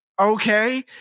okay